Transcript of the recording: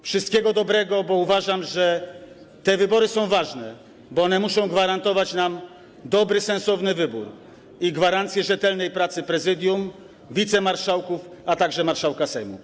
Wszystkiego dobrego, bo uważam, że te wybory są ważne, bo one muszą gwarantować nam dobry, sensowny wybór i dawać gwarancję rzetelnej pracy Prezydium Sejmu, wicemarszałków, a także marszałka Sejmu.